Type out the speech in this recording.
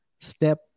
step